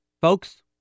Folks